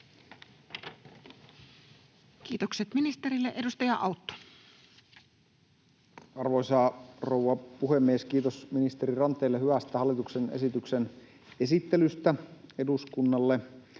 muuttamisesta Time: 18:07 Content: Arvoisa rouva puhemies! Kiitos ministeri Ranteelle hyvästä hallituksen esityksen esittelystä eduskunnalle.